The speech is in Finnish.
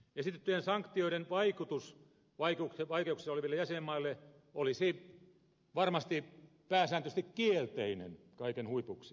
esitettyjen sanktioiden vaikutus vaiko se vaikeus oli tyly vaikeuksissa oleviin jäsenmaihin olisi varmasti pääsääntöisesti kielteinen kaiken huipuksi